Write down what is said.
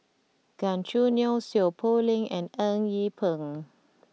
Gan Choo Neo Seow Poh Leng and Eng Yee Peng